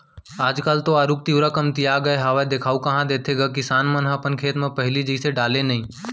आज काल तो आरूग तिंवरा कमतिया गय हावय देखाउ कहॉं देथे गा किसान मन ह अपन खेत म पहिली जइसे डाले नइ